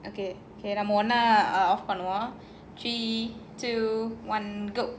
okay K am one